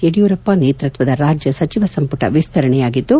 ಯಡಿಯೂರಪ್ಪ ನೇತೃತ್ವದ ರಾಜ್ಯ ಸಚಿವ ಸಂಪುಟ ವಿಸ್ತರಣೆಯಾಗಿದ್ದು